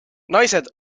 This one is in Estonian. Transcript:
naised